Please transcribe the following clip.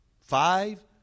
Five